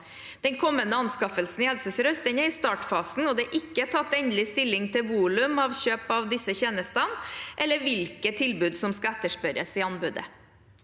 Den kommende anskaffelsen i Helse sør-øst er i startfasen, og det er ikke tatt endelig stilling til volum ved kjøp av disse tjenestene eller hvilke tilbud som skal etterspørres i anbudet.